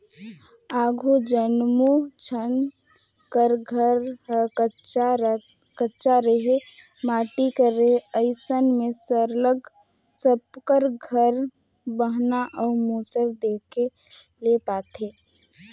आघु जम्मो झन कर घर हर कच्चा रहें माटी कर रहे अइसे में सरलग सब कर घरे बहना अउ मूसर देखे ले पाते